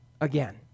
again